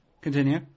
continue